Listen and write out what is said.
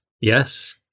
Yes